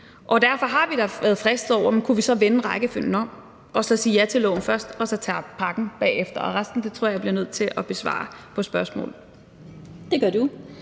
nu. Derfor har vi da været fristet til at se, om vi så kunne vende rækkefølgen om og sige ja til loven først og så tage pakken bagefter. Og resten tror jeg jeg bliver nødt til at besvare ud fra spørgsmål.